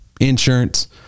insurance